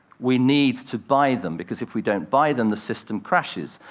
we need to buy them, because, if we don't buy them, the system crashes.